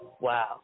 wow